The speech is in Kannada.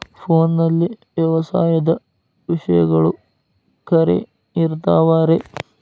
ಫೋನಲ್ಲಿ ವ್ಯವಸಾಯದ ವಿಷಯಗಳು ಖರೇ ಇರತಾವ್ ರೇ?